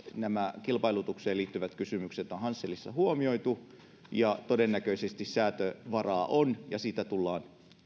nämä kilpailutukseen liittyvät kysymykset on hanselissa huomioitu ja todennäköisesti säätövaraa on ja sitä tullaan